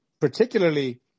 particularly